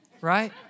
right